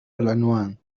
العنوان